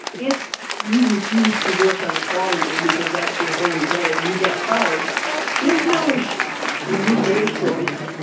if you refuse to work on a saturday because that's your holy day and you get fired there's no issue. i mean, you've made a choice,